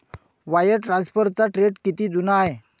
Wire ट्रान्सफरचा trend किती जुना आहे?